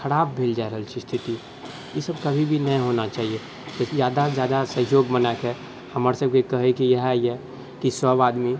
खराब भेल जै रहल छै स्थिति ईसब कभी भी नहि होना चाही जाहिसँ ज्यादासँ ज्यादा सहयोग बनाकऽ हमरसबके कहैके इएह अइ कि सब आदमी